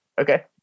Okay